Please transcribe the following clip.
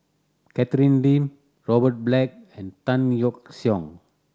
Catherine Lim Robert Black and Tan Yeok Seong